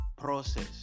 process